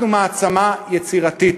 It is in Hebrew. אנחנו מעצמה יצירתית.